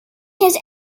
his